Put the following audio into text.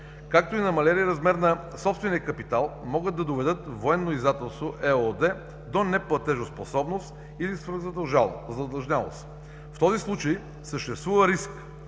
както и намалелият размер на собствения капитал, могат да доведат „Военно издателство“ ЕООД до неплатежоспособност или свръхзадлъжнялост. В този случай съществува риск